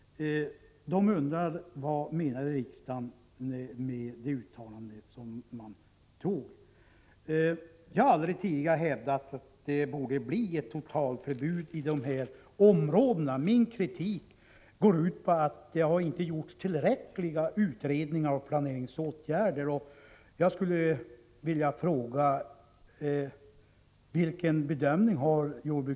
De undrar vad riksdagen menade med sitt uttalande. Jag har aldrig hävdat att det borde bli totalförbud mot avverkning i de här områdena. Min kritik går ut på att det inte har gjorts tillräckliga utredningar och vidtagits tillräckliga planeringsåtgärder.